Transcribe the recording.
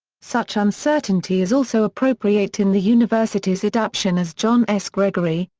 such uncertainty is also appropriate in the university's adaption as john s. gregory,